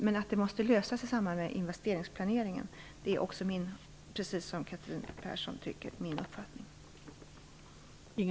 Att detta måste lösa sig i samband med investeringsplaneringen är också min, liksom Catherine Perssons, uppfattning.